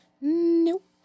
Nope